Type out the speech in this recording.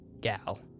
gal